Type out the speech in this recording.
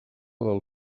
del